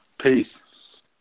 Peace